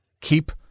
Keep